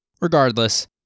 Regardless